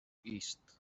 east